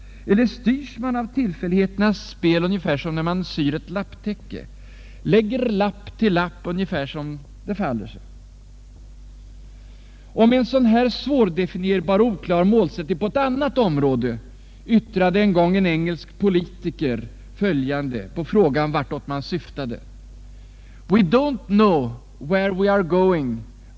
Eller styrs man av tillfälligheternas spel ungefär som när man syr ett lapptäcke, lägger lapp till lapp ungefär som det faller sig? Om en sådan här svårdefinierbar målsättning på ett annat område yttrade en gång en engelsk politiker följande på frågan vart man syftade: ”We don't know where we are going!